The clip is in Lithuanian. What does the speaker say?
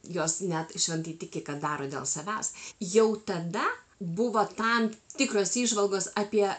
jos net šventai tiki kad daro dėl savęs jau tada buvo tam tikros įžvalgos apie